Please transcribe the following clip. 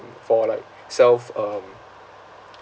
for like self um